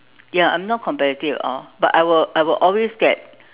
ya I'm not competitive at all but I will I will always get